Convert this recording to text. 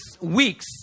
weeks